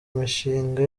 imishinga